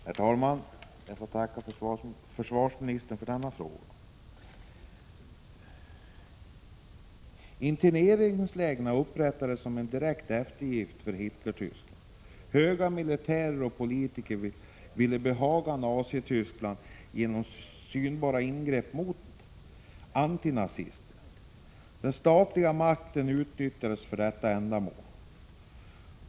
Herr talman! Jag får tacka försvarsministern även för svaret på denna fråga. Interneringslägren upprättades som en direkt eftergift åt Hitlertyskland. Höga militärer och politiker ville behaga Nazityskland genom synbara ingrepp mot antinazister. Den statliga makten utnyttjades för detta ändamål.